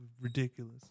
ridiculous